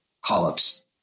call-ups